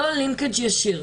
קשר ישיר.